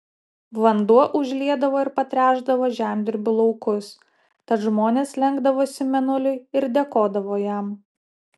vanduo užliedavo ir patręšdavo žemdirbių laukus tad žmonės lenkdavosi mėnuliui ir dėkodavo jam